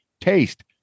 taste